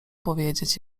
powiedzieć